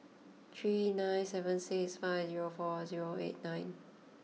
three nine seven six five zero four zero eight nine